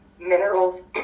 minerals